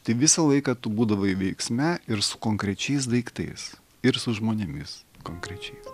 tai visą laiką tu būdavai veiksme ir su konkrečiais daiktais ir su žmonėmis konkrečiais